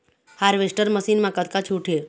Harvester machine मा कतका छूट हे?